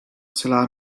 celá